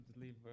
leave